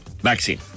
vaccine